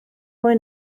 mwy